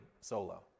solo